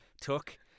took